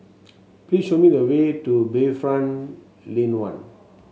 please show me the way to Bayfront Lane One